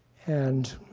and